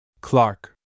Clark